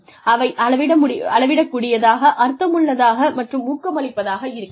அவை அளவிடக்கூடியதாக அர்த்தமுள்ளதாக மற்றும் ஊக்கமளிப்பதாக இருக்க வேண்டும்